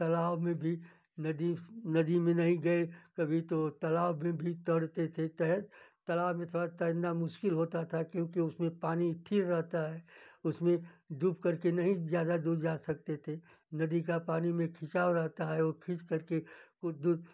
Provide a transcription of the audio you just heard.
तालाब में भी नदी नदी में नहीं गए कभी तो तालाब में भी तैरते थे तो तालाब में थोड़ा तैरना मुश्किल होता था क्योंकि उसमें पानी स्थिर रहता है उसमें डूब करके नहीं ज़्यादा दूर जा सकते थे नदी के पानी में खिंचाव रहता है वह खींच कर के वह दो